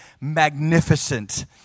magnificent